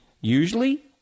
usually